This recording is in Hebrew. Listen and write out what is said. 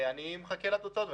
אני מחכה לתוצאות.